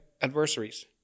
adversaries